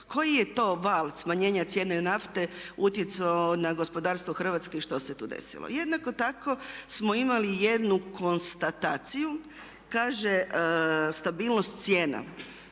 koji je to val smanjenja cijene nafte utjecao na gospodarstvo Hrvatske i što se tu desilo. Jednako tako smo imali jednu konstataciju, kaže stabilnost cijena.